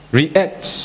react